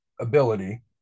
ability